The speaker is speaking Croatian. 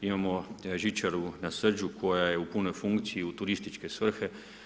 Imamo žičaru na Srđu koja je u punoj funkciji u turističke svrhe.